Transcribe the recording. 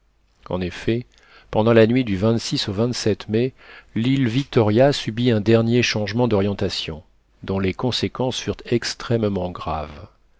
en effet pendant la nuit du au mai l'île victoria subit un dernier changement d'orientation dont les conséquences furent extrêmement graves